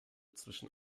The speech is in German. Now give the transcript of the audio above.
zwischen